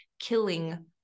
killing